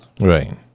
Right